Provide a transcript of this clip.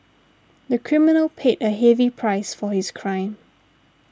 the criminal paid a heavy price for his crime